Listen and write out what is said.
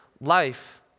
life